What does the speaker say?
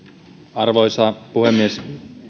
arvoisa puhemies